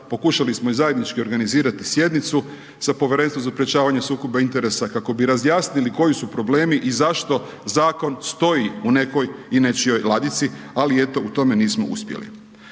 pokušali smo i zajednički organizirati sjednicu sa Povjerenstvom za sprečavanje sukoba interesa kako bi razjasnili koji su problemi i zašto zakon stoji u nekoj i nečijoj ladici, ali eto, u tome nismo uspjeli.